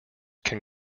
can